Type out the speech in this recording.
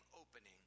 opening